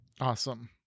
Awesome